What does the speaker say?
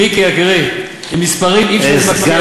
מיקי יקירי, עם מספרים אי-אפשר להתווכח.